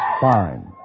fine